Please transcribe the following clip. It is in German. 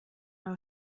frau